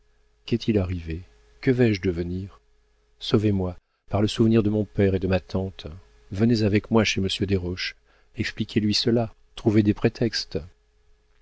qu'est-il arrivé que vais-je devenir sauvez moi par le souvenir de mon père et de ma tante venez avec moi chez monsieur desroches expliquez lui cela trouvez des prétextes